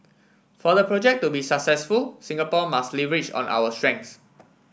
for the project to be successful Singapore must leverage on our strengths